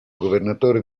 governatore